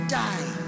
die